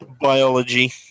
biology